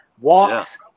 walks